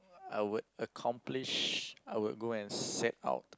I would accomplish I would go and set out